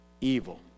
evil